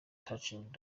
touching